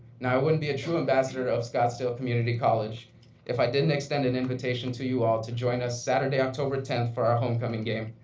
now i wouldn't be a true ambassador of scottsdale community college if i didn't extend an invitation to you all to join us saturday october tenth for our homecoming game.